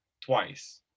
twice